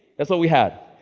that's what we had.